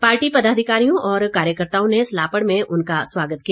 party पदाधिकारियों और कार्यकर्ताओं ने सलापड़ में उनका स्वागत किया